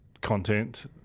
content